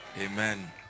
amen